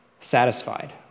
satisfied